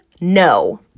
No